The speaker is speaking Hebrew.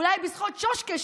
אולי בזכות שושק'ה,